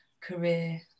career